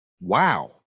wow